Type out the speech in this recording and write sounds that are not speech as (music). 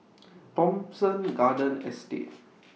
(noise) Thomson Garden Estate